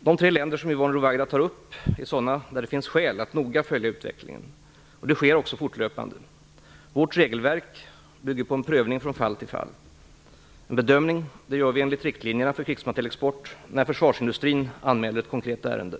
De tre länder som Yvonne Ruwaida tar upp är sådana där det finns skäl att noga följa utvecklingen. Detta sker också fortlöpande. Vårt regelverk bygger på en prövning från fall till fall. En bedömning görs enligt riktlinjerna för krigsmaterielexport när försvarsindustrin anmäler ett konkret ärende.